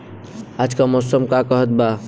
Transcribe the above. आज क मौसम का कहत बा?